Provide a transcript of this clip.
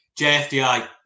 JFDI